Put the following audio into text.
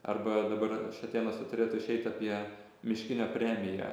arba dabar šatėnuose turėtų išeit apie miškinio premiją